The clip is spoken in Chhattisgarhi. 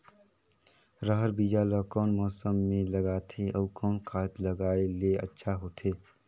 रहर बीजा ला कौन मौसम मे लगाथे अउ कौन खाद लगायेले अच्छा होथे?